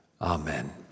Amen